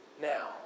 Now